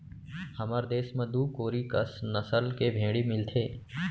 हमर देस म दू कोरी कस नसल के भेड़ी मिलथें